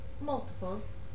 multiples